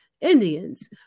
Indians